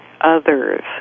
others